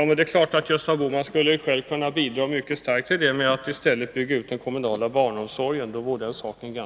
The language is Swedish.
Det är klart att Gösta Bohman skulle kunna bidra till att förhindra det genom att verka för en utbyggnad av den kommunala barnomsorgen.